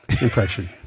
impression